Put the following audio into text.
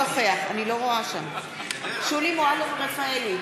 נוכח שולי מועלם-רפאלי,